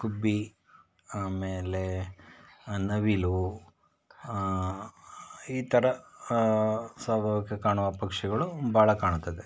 ಗುಬ್ಬಿ ಆಮೇಲೆ ನವಿಲು ಈ ಥರ ಸ್ವಾಭಾವಿಕ ಕಾಣುವ ಪಕ್ಷಿಗಳು ಭಾಳ ಕಾಣ್ತದೆ